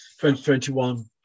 2021